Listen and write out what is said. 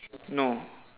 no